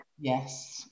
yes